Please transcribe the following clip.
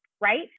right